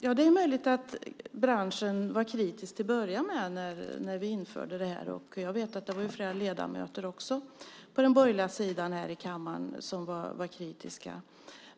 Ja, det är möjligt att branschen var kritisk till att börja med när vi införde det här. Jag vet att det också var flera ledamöter på den borgerliga sidan här i kammaren som var kritiska.